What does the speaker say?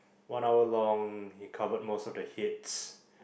one hour long he covered most of the hits